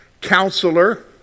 counselor